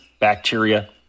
bacteria